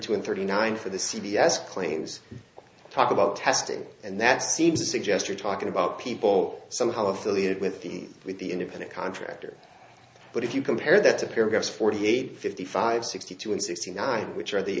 two and thirty nine for the c b s claims talk about testing and that seems to suggest you're talking about people somehow affiliated with the with the independent contractors but if you compare that to paragraph forty eight fifty five sixty two and sixty nine which are the